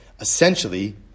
Essentially